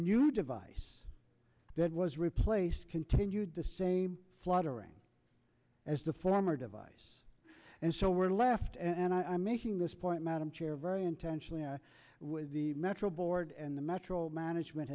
new device that was replaced continued the same fluttering as the former device and so we're left and i'm making this point madam chair very intentionally with the metro board and the metro management